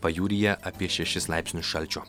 pajūryje apie šešis laipsnius šalčio